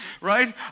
Right